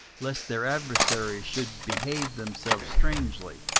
lest their adversaries should behave themselves strangely,